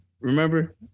Remember